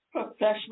professional